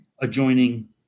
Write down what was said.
adjoining